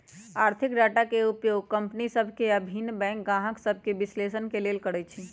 आर्थिक डाटा के उपयोग कंपनि सभ के आऽ भिन्न बैंक गाहक सभके विश्लेषण के लेल करइ छइ